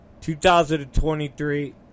2023